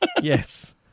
yes